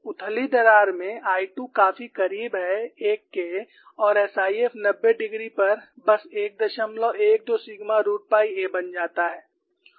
उथली दरार में I 2 काफी करीब है एक के और SIF नब्बे डिग्री पर बस 112 सिग्मा रूट पाई a बन जाता है